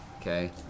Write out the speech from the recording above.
Okay